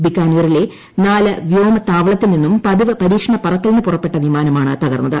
ബിക്കാനീറിലെ നാൽ വ്യോമത്താവളത്തിൽ നിന്നും പതിവ് പരീക്ഷണ പറക്കലിന് പുറപ്പെട്ട വിമാനമാണ് തകർന്നത്